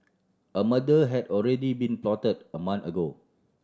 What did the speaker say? a murder had already been plotted a month ago